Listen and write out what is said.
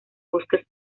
bosques